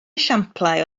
esiamplau